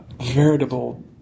veritable